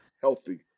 healthy